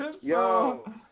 Yo